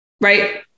right